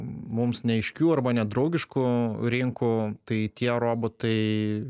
mums neaiškių arba nedraugiškų rinkų tai tie robotai